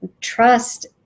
trust